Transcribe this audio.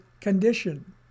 condition